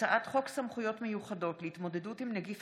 הצעת חוק סמכויות מיוחדות להתמודדות עם נגיף